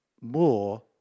more